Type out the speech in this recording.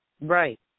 Right